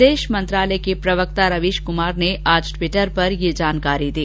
विदेश मंत्रालय के प्रवक्ता रवीश कुमार ने आज ट्वीटर पर यह जानकारी दी